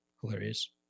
Hilarious